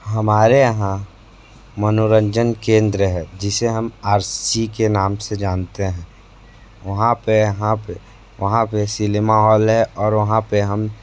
हमारे यहाँ मनोरंजन केंद्र है जिसे हम आर सी के नाम से जानते हैं वहाँ पर यहाँ पर वहाँ पर सिनेमा हाल है और वहाँ पर हम